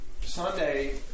Sunday